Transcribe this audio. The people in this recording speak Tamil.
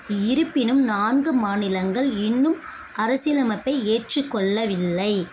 இருப்பினும் நான்கு மாநிலங்கள் இன்னும் அரசியலமைப்பை ஏற்றுக் கொள்ளவில்லை